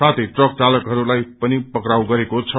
साथै ट्रक चालकहरूलाई पनि पक्राउ गरेको छ